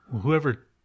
whoever